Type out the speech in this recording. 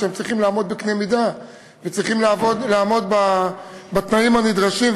הם צריכים לעמוד באמות מידה וצריכים לעמוד בתנאים הנדרשים,